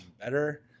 better